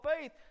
faith